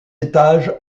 étages